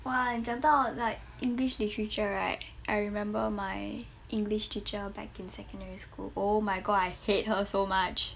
!wah! 你讲到 like english literature right I remember my english teacher back in secondary school oh my god I hate her so much